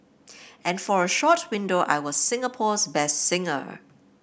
and for a short window I was Singapore's best singer